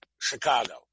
Chicago